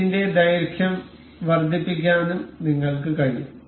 ഇതിന്റെ ദൈർഘ്യം വർദ്ധിപ്പിക്കാനും നിങ്ങൾക്ക് കഴിയും